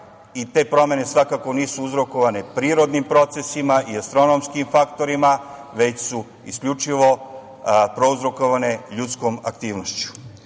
Te promene svakako nisu uzrokovane prirodnim procesima i astronomskim faktorima, već su isključivo prouzrokovane ljudskom aktivnošću. Upravo